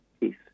Peace